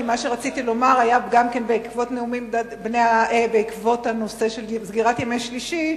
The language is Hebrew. כי מה שרציתי לומר גם היה בעקבות נושא סגירת ימי שלישי.